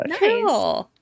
Nice